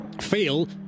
feel